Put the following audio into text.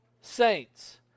saints